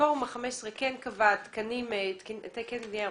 פורום ה-15 כן קבע תקן בנייה ירוקה,